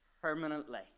permanently